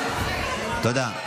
תודה.